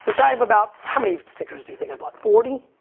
which i have about, how many stickers do you think i bought, forty,